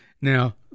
Now